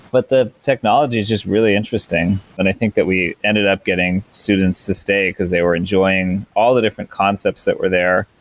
but the technology is just really interesting and i think that we ended up getting students to stay, because they were enjoying all the different concepts that were there.